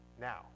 now